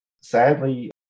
Sadly